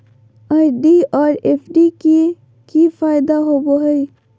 RD और FD के की फायदा होबो हइ?